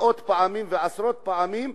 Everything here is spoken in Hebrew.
מאות פעמים ועשרות פעמים,